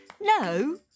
No